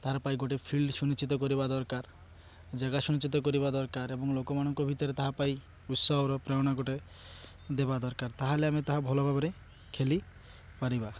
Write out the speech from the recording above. ତାହାର ପାଇଁ ଗୋଟେ ଫିଲ୍ଡ ସୁନିଶ୍ଚିତ କରିବା ଦରକାର ଜାଗା ସୁନିଶ୍ଚିତ କରିବା ଦରକାର ଏବଂ ଲୋକମାନଙ୍କ ଭିତରେ ତାହା ପାଇଁ ଉତ୍ସାହର ପ୍ରେରଣା ଗୋଟେ ଦେବା ଦରକାର ତାହେଲେ ଆମ ତାହା ଭଲ ଭାବରେ ଖେଳିପାରିବା